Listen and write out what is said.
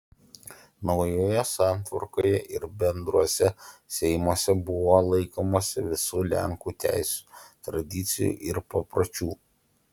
naujoje santvarkoje ir bendruose seimuose buvo laikomasi visų lenkų teisių tradicijų ir papročių